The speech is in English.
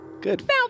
good